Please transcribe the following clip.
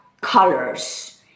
colors